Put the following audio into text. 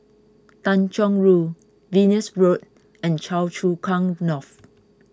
Tanjong Rhu Venus Road and Choa Chu Kang North